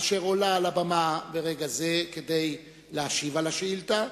אשר עולה על הבמה ברגע זה כדי להשיב על השאילתא.